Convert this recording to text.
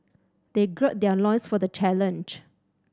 they gird their loins for the challenge